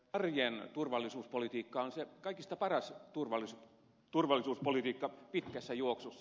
arjen turvallisuuspolitiikka on se kaikista paras turvallisuuspolitiikka pitkässä juoksussa